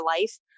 life